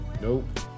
Nope